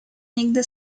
nigdy